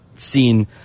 seen